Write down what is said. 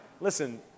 Listen